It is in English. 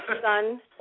son